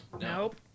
Nope